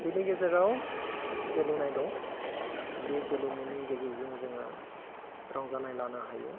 बिनि गेजेराव गेलेनाय दं बे गेलेनायनि गेजेरजों जोङो रंजानाय लानो हायो